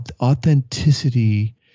authenticity